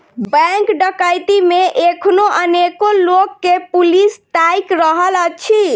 bank डकैती मे एखनो अनेको लोक के पुलिस ताइक रहल अछि